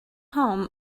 home